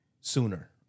sooner